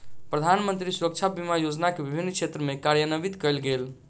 प्रधानमंत्री सुरक्षा बीमा योजना के विभिन्न क्षेत्र में कार्यान्वित कयल गेल